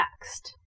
next